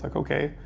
like ok,